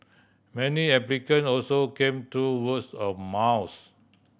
many applicant also came through words of mouth